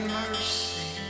mercy